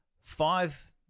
five